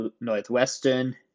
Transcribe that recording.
Northwestern